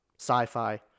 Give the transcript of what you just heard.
sci-fi